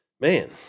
man